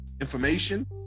information